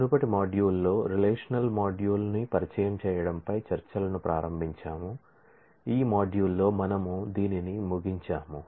మునుపటి మాడ్యూల్లో relational model ను పరిచయం చేయడంపై చర్చలను ప్రారంభించాము ఈ మాడ్యూల్లో మనము దీనిని ముగిస్తాము